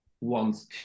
wants